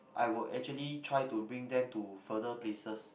I would actually try to bring them to further places